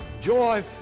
Joy